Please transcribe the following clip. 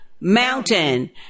mountain